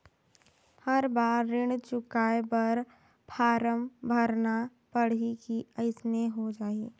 हर बार ऋण चुकाय बर फारम भरना पड़ही की अइसने हो जहीं?